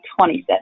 27